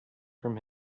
from